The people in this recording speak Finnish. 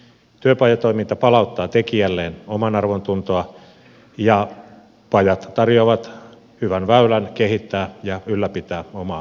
työpajatoiminta palauttaa tekijälleen omanarvontuntoa ja pajat tarjoavat hyvän väylän kehittää ja ylläpitää omaa osaamista